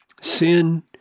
Sin